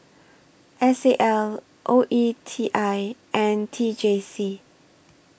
S A L O E T I and T J C